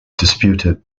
disputed